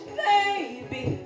baby